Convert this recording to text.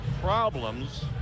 problems